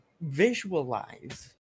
visualize